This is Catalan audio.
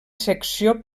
secció